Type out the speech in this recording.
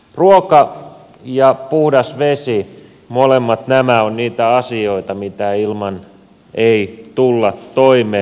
ruoka ja puhdas vesi molemmat nämä ovat niitä asioita mitä ilman ei tulla toimeen